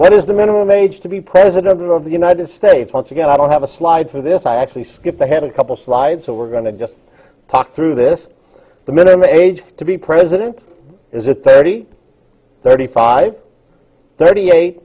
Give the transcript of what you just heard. what is the minimum age to be president of the united states once again i don't have a slide for this i actually skipped ahead a couple slides so we're going to just talk through this the minimum age to be president is it thirty thirty five thirty eight